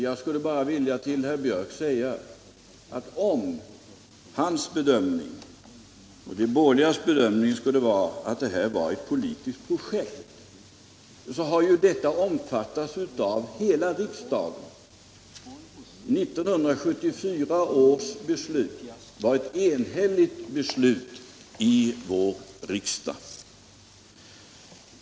Jag skulle bara till herr Björck i Nässjö vilja säga att om hans och de borgerligas bedömning skulle vara att det här var ett politiskt projekt så måste jag påpeka att det omfattades av hela riksdagen. Vid 1974 års riksdag var det ett enhälligt beslut i den här frågan.